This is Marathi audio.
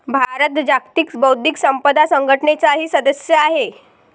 भारत जागतिक बौद्धिक संपदा संघटनेचाही सदस्य आहे